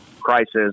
crisis